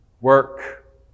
work